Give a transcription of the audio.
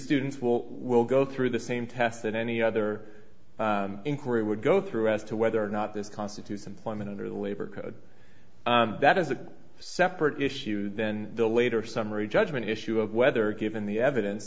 students will will go through the same test that any other inquiry would go through as to whether or not this constitutes employment under the labor code that is a separate issue then the later summary judgment issue of whether given the evidence